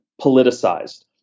politicized